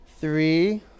Three